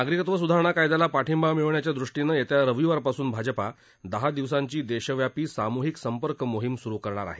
नागरिकत्व स्धारणा कायद्याला पाठिंबा मिळवण्याच्या रविवारपासून भाजपा दहा दिवसांची देशव्यापी सामूहिक संपर्क मोहीम सुरू करणार आहे